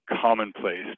commonplace